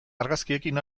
argazkiekin